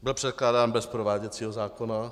Byl předkládán bez prováděcího zákona.